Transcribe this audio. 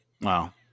Wow